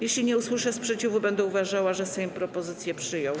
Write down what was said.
Jeśli nie usłyszę sprzeciwu, będę uważała, że Sejm propozycje przyjął.